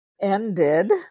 ended